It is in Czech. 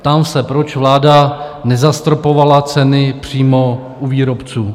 Ptám se, proč vláda nezastropovala ceny přímo u výrobců?